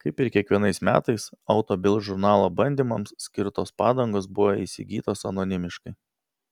kaip ir kiekvienais metais auto bild žurnalo bandymams skirtos padangos buvo įsigytos anonimiškai